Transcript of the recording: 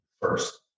first